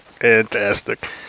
Fantastic